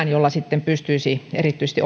jolla sitten pystyisi erityisesti